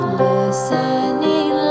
listening